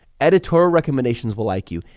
editorial recommendations will like you,